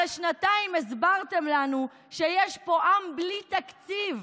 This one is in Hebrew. הרי שנתיים הסברתם לנו שיש פה עם בלי תקציב,